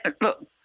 look